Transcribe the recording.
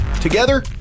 Together